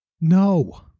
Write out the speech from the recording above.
No